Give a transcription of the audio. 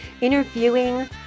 interviewing